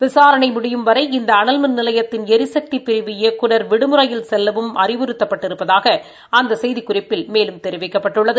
விசாரணை முடியும் வரை இந்த அனல்மின் நிலையத்தின் ளரிசக்தி பிரிவு இயக்குநர் விடுமுறையில் செல்லவும் அறிவுறுத்தப்பட்டிருப்பதாக அந்த செய்திக்குறிப்பில் குறிப்பிடப்பட்டுள்ளது